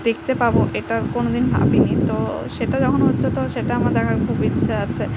দেখতে পাবো এটা কোনোদিন ভাবিনি তো সেটা যখন হচ্ছে তো সেটা আমার দেখার খুব ইচ্ছে আছে